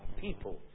people